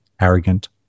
arrogant